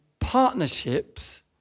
partnerships